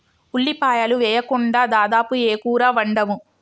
ఉల్లిపాయలు వేయకుండా దాదాపు ఏ కూర వండము